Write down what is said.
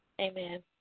Amen